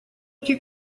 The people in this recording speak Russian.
идти